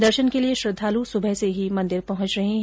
दर्शन के लिये श्रद्वालू सुबह से ही मंदिर पहुंचने लगे है